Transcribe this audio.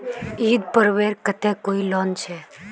ईद पर्वेर केते कोई लोन छे?